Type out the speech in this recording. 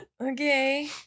Okay